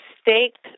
staked